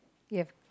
you have